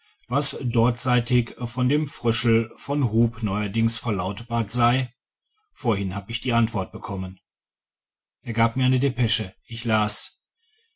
was dortseitig von dem fröschel von hub neuerdings verlautbart sei vorhin hab ich die antwort bekommen er gab mir eine depesche ich las